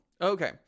okay